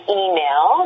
email